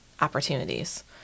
opportunities